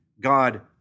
God